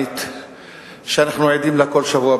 ואמירה חוזרת ונשנית שהשלום הוא בחירה